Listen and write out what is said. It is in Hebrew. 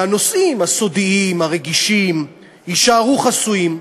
והנושאים הסודיים הרגישים יישארו חסויים.